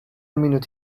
minute